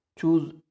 choose